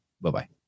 Bye-bye